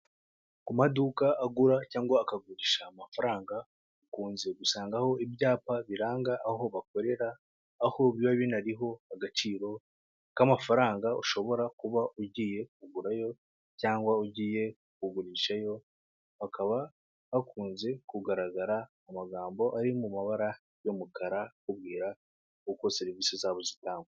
Ku maduka agura cyangwa akagurisha amafaranga, ukunze gusangaho ibyapa biranga aho bakorera, aho biba binariho agaciro k'amafaranga ushobora kuba ugiye kugurayo cyangwa ugiye kugurishayo, hakaba hakunze kugaragara amagambo ari mu mabara y'umukara akubwira uko serivisi zabo zitangwa.